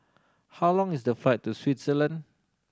how long is the flight to Switzerland